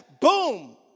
boom